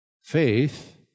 Faith